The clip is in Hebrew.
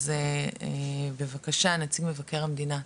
אז בבקשה נציג מבקר המדינה.